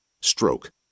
Stroke